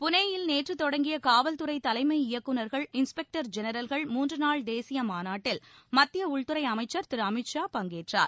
புனேயில் நேற்று தொடங்கிய காவல்துறை தலைமை இயக்குநர்கள் இன்ஸ்பெக்டர் ஜெனரல்கள் மூன்று நாள் தேசிய மாநாட்டில் மத்திய உள்துறை அமைச்சர் திரு அமித் ஷா பங்கேற்றார்